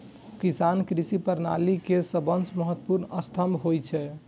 किसान कृषि प्रणाली के सबसं महत्वपूर्ण स्तंभ होइ छै